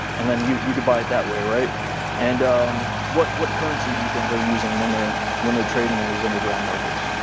and then you you could buy it that way. and um what what currency do you think they're using when they're when they're trading in these underground markets?